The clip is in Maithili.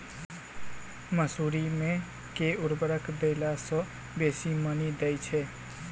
मसूरी मे केँ उर्वरक देला सऽ बेसी मॉनी दइ छै?